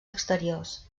exteriors